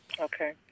Okay